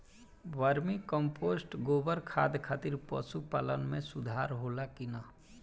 Vermi compost गोबर खाद खातिर पशु पालन में सुधार होला कि न?